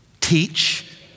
Teach